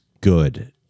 good